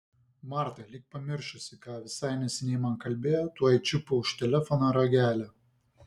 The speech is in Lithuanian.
marta lyg pamiršusi ką visai neseniai man kalbėjo tuoj čiupo už telefono ragelio